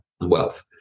Wealth